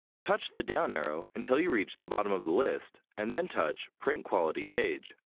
touch the down arrow until you reach the bottom of the list and then touch print quality page.